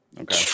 Okay